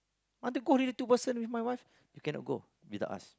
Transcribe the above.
I want to go already two person with my wife you cannot go without us